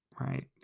right